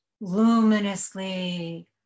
luminously